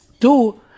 Two